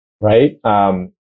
right